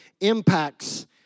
impacts